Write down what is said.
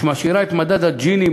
שמשאירה את מדד ג'יני,